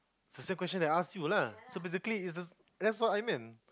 the same questions I ask you lah so basically is this that's what I meant